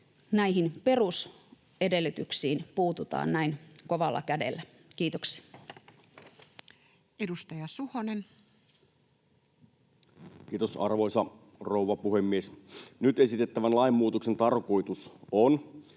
näihin perusedellytyksiin puututaan näin kovalla kädellä. — Kiitoksia. Edustaja Suhonen. Kiitos, arvoisa rouva puhemies! Nyt esitettävän lainmuutoksen tarkoitus on